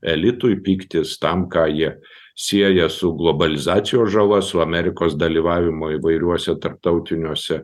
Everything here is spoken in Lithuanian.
elitui pyktis tam ką jie sieja su globalizacijos žala su amerikos dalyvavimo įvairiuose tarptautiniuose